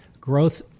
growth